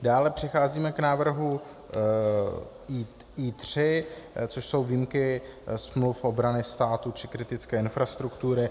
Dále přecházíme k návrhu I3, což jsou výjimky smluv obrany státu či kritické infrastruktury.